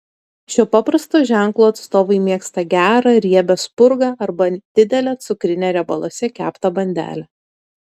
šio paprasto ženklo atstovai mėgsta gerą riebią spurgą arba didelę cukrinę riebaluose keptą bandelę